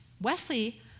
Wesley